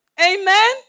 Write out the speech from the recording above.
Amen